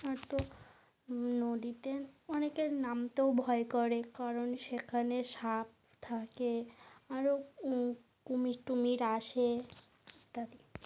আর তো নদীতে অনেকের নামতেও ভয় করে কারণ সেখানে সাপ থাকে আরো কুমির টুমির আসে ইত্যাদি